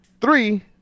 Three